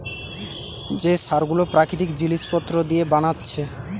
যে সার গুলো প্রাকৃতিক জিলিস পত্র দিয়ে বানাচ্ছে